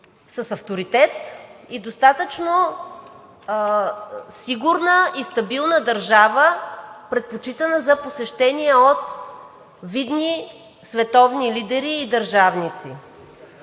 с авторитет и достатъчно сигурна и стабилна държава, предпочитана за посещение от видни световни лидери и държавници.